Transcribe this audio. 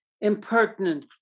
impertinent